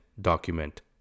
document